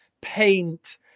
paint